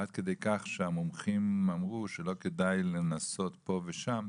עד כדי כך שהמומחים אמרו שלא כדאי לנסות פה ושם,